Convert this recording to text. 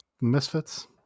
Misfits